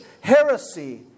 heresy